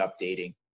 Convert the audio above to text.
updating